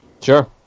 Sure